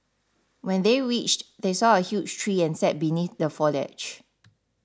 when they reached they saw a huge tree and sat beneath the foliage